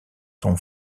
son